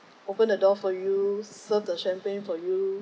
open the door for you serve the champagne for you